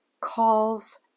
calls